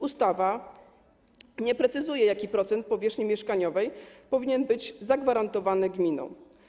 Ustawa nie precyzuje, jaki procent powierzchni mieszkaniowej powinien być zagwarantowany gminom.